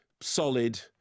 solid